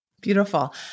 Beautiful